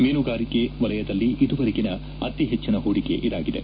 ಮೀನುಗಾರಿಕೆ ವಲಯದಲ್ಲಿ ಇದುವರೆಗಿನ ಅತೀ ಹೆಚ್ಚಿನ ಹೂಡಿಕೆ ಇದಾಗಿದೆ